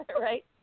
Right